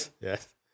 Yes